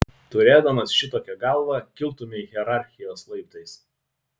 turėdamas šitokią galvą kiltumei hierarchijos laiptais